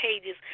pages